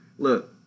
Look